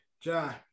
John